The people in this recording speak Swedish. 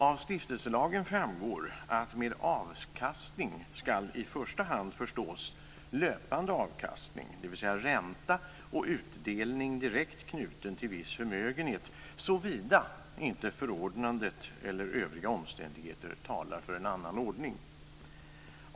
Av stiftelselagen framgår att med avkastning ska i första hand förstås löpande avkastning, dvs. ränta och utdelning direkt knuten till viss förmögenhet, såvida inte förordnandet eller övriga omständigheter talar för en annan ordning.